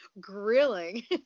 grilling